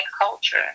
culture